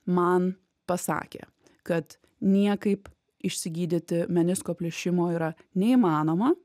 man pasakė kad niekaip išsigydyti menisko plyšimo yra neįmanoma